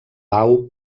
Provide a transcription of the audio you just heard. pau